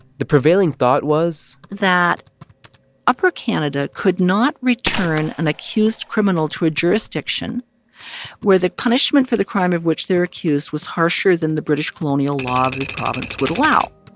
the prevailing thought was. that upper canada could not return an accused criminal to a jurisdiction where the punishment for the crime of which they're accused was harsher than the british colonial law of the province would allow.